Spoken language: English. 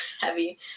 heavy